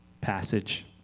passage